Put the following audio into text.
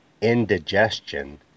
indigestion